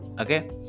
Okay